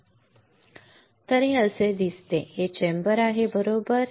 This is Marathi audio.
हे असे दिसते आणि हे चेंबर आहे बरोबर